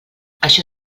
això